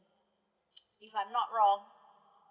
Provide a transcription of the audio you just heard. if I'm not wrong